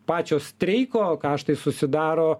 pačio streiko kaštai susidaro